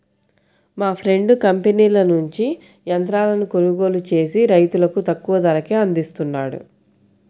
మా ఫ్రెండు కంపెనీల నుంచి యంత్రాలను కొనుగోలు చేసి రైతులకు తక్కువ ధరకే అందిస్తున్నాడు